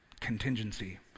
contingency